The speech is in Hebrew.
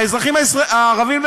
האזרחים הערבים,